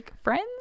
friends